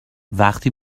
وقتی